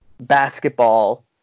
basketball